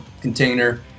container